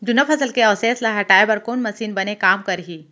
जुन्ना फसल के अवशेष ला हटाए बर कोन मशीन बने काम करही?